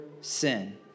sin